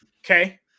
Okay